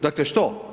Dakle, što?